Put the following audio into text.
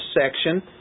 section